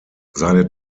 seine